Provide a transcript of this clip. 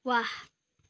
वाह